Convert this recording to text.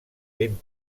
ben